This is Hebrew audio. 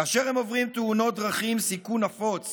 כאשר הם עוברים תאונות דרכים, סיכון נפוץ